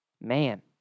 man